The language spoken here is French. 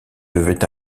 devait